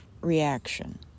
reaction